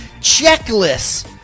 checklists